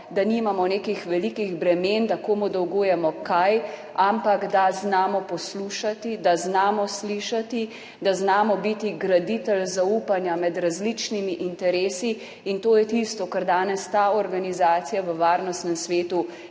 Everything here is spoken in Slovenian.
da nimamo nekih velikih bremen, da komu dolgujemo kaj, ampak da znamo poslušati, da znamo slišati, da znamo biti graditelj zaupanja med različnimi interesi. In to je tisto, kar danes ta organizacija v Varnostnem svetu